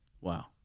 Wow